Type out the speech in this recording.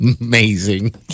amazing